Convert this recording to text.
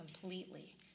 completely